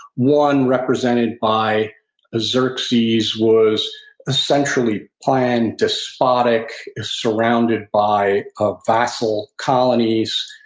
one, represented by xerxes, was essentially planned, despotic, surrounded by ah vassal colonies,